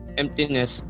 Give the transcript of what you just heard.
emptiness